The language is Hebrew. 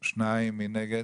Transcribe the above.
2. מי נגד?